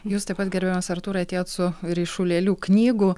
jūs taip pat gerbiamas artūrai atėjot su ryšulėliu knygų